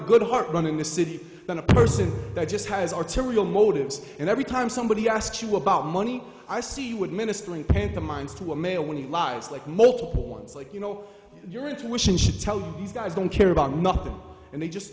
good heart running the city than a person that just has arterial motives and every time somebody asks you about money i see what minister in the minds to a male when he lives like multiple ones like you know your intuition should tell you these guys don't care about nothing and they just